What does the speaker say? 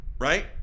Right